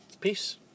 Peace